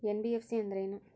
NBFC ಅಂದ್ರೇನು?